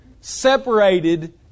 separated